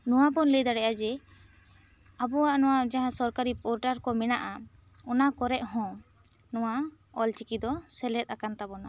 ᱱᱚᱣᱟ ᱵᱚᱱ ᱞᱟᱹᱭ ᱫᱟᱮᱭᱟᱜᱼᱟ ᱡᱮ ᱟᱵᱚᱣᱟᱜ ᱱᱚᱣᱟ ᱡᱟᱦᱟᱸ ᱥᱚᱨᱠᱟᱨᱤ ᱯᱚᱨᱴᱟᱨ ᱠᱚ ᱢᱮᱱᱟᱜᱼᱟ ᱚᱱᱟ ᱠᱚᱨᱮᱜ ᱦᱚᱸ ᱱᱚᱣᱟ ᱚᱞ ᱪᱤᱠᱤ ᱫᱚ ᱥᱮᱞᱮᱫ ᱟᱠᱟᱱ ᱛᱟᱵᱚᱱᱟ